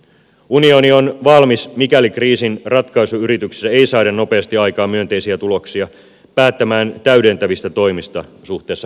unioni on valmis mikäli kriisin ratkaisuyrityksissä ei saada nopeasti aikaan myönteisiä tuloksia päättämään täydentävistä toimista suhteessa venäjään